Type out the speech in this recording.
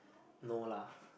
no lah